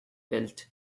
built